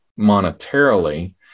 monetarily